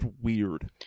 weird